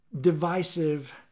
divisive